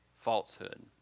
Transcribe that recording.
falsehood